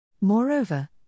Moreover